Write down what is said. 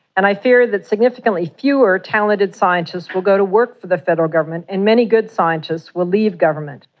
and i fear that significantly fewer talented scientists will go to work for the federal government and many good scientists will leave government.